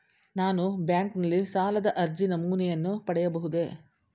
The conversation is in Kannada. ನಾನು ಬ್ಯಾಂಕಿನಲ್ಲಿ ಸಾಲದ ಅರ್ಜಿ ನಮೂನೆಯನ್ನು ಪಡೆಯಬಹುದೇ?